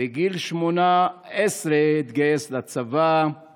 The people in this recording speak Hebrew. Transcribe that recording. בגיל 18 התגייס לצבא /